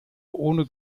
ohne